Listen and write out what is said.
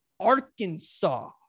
Arkansas